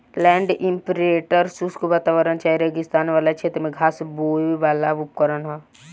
land imprinter शुष्क वातावरण चाहे रेगिस्तान वाला क्षेत्र में घास बोवेवाला उपकरण ह